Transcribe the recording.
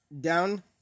down